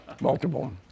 multiple